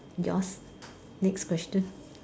yours next question